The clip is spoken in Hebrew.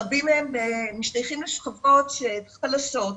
רבים מהם משתייכים לשכבות חלשות,